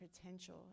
potential